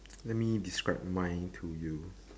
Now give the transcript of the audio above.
let me describe mine to you